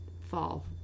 fall